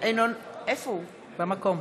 נגד איוב קרא,